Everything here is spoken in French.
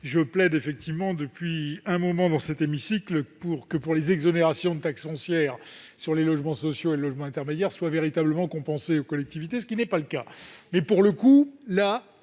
Je plaide effectivement depuis longtemps, dans cet hémicycle, pour que les exonérations de taxe foncière sur le logement social et le logement intermédiaire soient véritablement compensées aux collectivités, ce qui n'est pas le cas. Pour le coup,